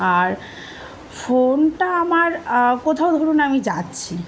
আর ফোনটা আমার কোথাও ধরুন আমি যাচ্ছি